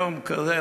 יום כזה,